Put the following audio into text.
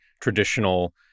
traditional